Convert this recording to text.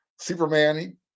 Superman